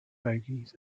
bogies